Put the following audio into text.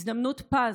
הזדמנות פז,